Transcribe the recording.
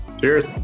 Cheers